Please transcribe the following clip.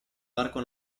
parco